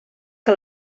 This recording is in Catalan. que